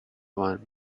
one